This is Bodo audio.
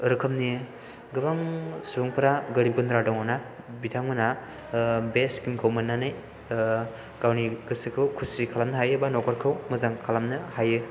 रोखोमनि गोबां सुबुंफोरा गोरिब गुन्द्रा दङना बिथांमोना बे स्किम खौ मोननानै गावनि गोसोखौ खुसि खालामनो हायो एबा न'खरखौ मोजां खालामनो हायो